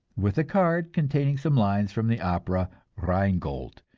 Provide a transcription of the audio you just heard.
with a card containing some lines from the opera rheingold,